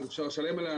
אז אפשר לשלם עליה.